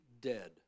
dead